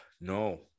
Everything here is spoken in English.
no